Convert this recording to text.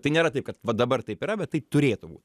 tai nėra taip kad va dabar taip yra bet taip turėtų būt